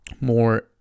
more